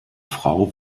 frau